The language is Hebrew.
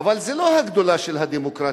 אבל זו לא הגדולה של הדמוקרטיה,